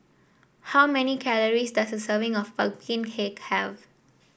how many calories does a serving of pumpkin cake have